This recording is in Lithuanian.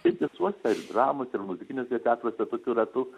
šiaip visuose ir dramos ir muzikiniuose teatruose tokiu ratu